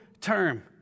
term